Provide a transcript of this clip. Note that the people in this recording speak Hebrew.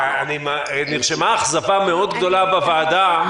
נרשמה אכזבה מאוד גדולה בוועדה,